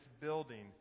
building